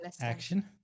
action